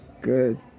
Good